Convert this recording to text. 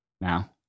now